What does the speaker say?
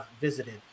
visited